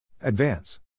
Advance